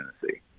Tennessee